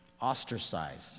ostracized